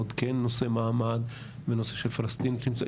נושאי מעמד ונושא של פלסטינים.